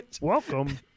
welcome